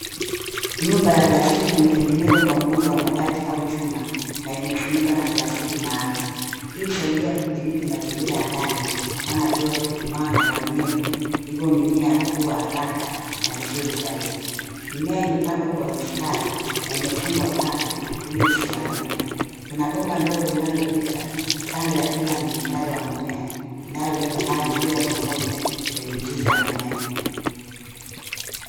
Nyumba ya plastiki imetegenezwa kwa muundo wa mabati au chuma na imefunikwa na plastiki maalum. Hii husaidia kudhibiti mazingira ya ndani kama joto, mwanga na unyevu. Hivyo mimea hukua haraka na vizuri zaidi. Mimea imepandwa kwa mistari na imefungwa kamba ili isianguke. Kuna bomba dogo linalopita ya kila msatari wa mimea inayoleta maji moja kwa moja kwenye mizizi ya mimea.